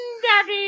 Daddy